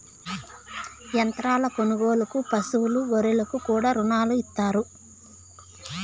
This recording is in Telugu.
యంత్రాల కొనుగోలుకు పశువులు గొర్రెలకు కూడా రుణాలు ఇత్తారు